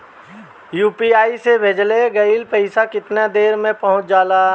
UPI से भेजल गईल पईसा कितना देर में पहुंच जाला?